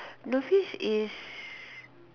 novice is